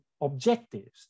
objectives